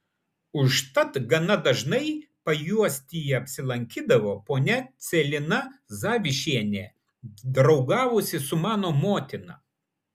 užtat gana dažnai pajuostyje apsilankydavo ponia celina zavišienė draugavusi su mano motina